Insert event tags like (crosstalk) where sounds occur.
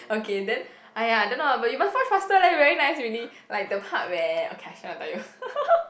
okay then !aiya! don't know ah but you must watch faster leh very nice really like the part where okay I shall not tell you (laughs)